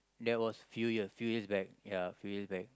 that was few year few years back ya few years back